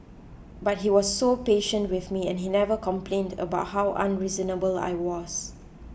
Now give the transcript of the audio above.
but he was so patient with me and he never complained about how unreasonable I was